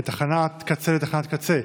תחנת קצה לתחנת קצה,